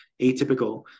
atypical